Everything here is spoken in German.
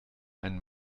einen